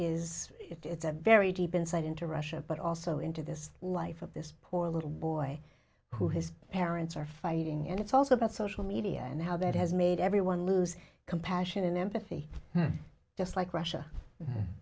is it's a very deep insight into russia but also into this life of this poor little boy who his parents are fighting and it's also about social media and how that has made everyone lose compassion and empathy just like russia